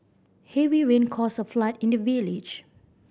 heavy rain caused a flood in the village